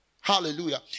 Hallelujah